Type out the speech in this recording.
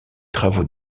travaux